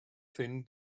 thin